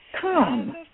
come